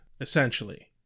essentially